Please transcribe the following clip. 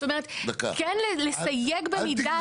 זאת אומרת, כן לסייג במידה את